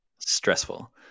Stressful